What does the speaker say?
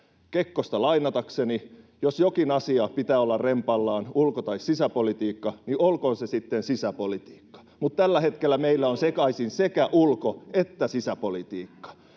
Kekkosta lainatakseni: ”Jos jokin asia pitää olla rempallaan, ulko- tai sisäpolitiikka, niin olkoon se sitten sisäpolitiikka.” Mutta tällä hetkellä meillä on sekaisin sekä ulko- että sisäpolitiikka.